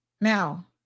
Now